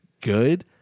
good